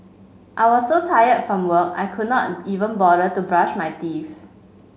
I was so tired from work I could not even bother to brush my teeth